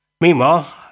Meanwhile